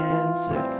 answer